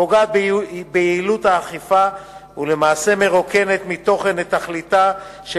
פוגעת ביעילות האכיפה ולמעשה מרוקנת מתוכן את תכליתה של